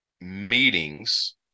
meetings